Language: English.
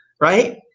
Right